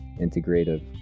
integrative